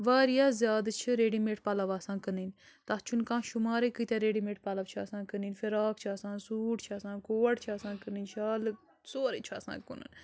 وارِیاہ زیادٕ چھِ ریٚڈی میٹ پَلو آسان کٕنٕنۍ تَتھ چھُنہٕ کانٛہہ شُمارے کۭتیاہ ریٚڈی میٹ پَلو چھِ آسان کٕنٕنۍ فِراق چھِ آسان سوٗٹھ چھِ آسان کوڈ چھِ آسان کٕنٕنۍ شالہٕ سورٕے چھُ آسان کٕنن